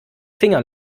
finger